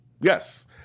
yes